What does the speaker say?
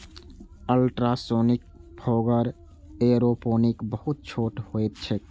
ultrasonic fogger aeroponic बहुत छोट होइत छैक